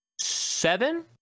Seven